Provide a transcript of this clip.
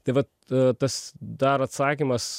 tai vat a tas dar atsakymas